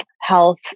health